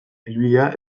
helbidea